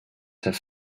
have